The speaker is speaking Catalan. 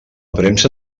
premsa